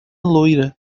loira